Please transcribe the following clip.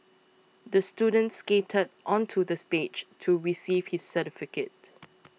the student skated onto the stage to receive his certificate